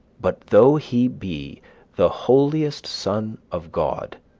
but, though he be the holiest son of god,